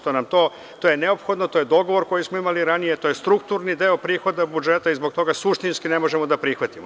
To je neophodno, to je dogovor koji smo imali ranije, to je strukturni deo prihoda budžeta i zbog toga suštinski ne možemo da prihvatimo.